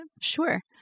Sure